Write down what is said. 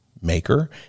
maker